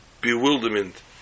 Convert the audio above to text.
bewilderment